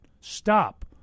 Stop